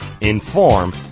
inform